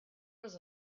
was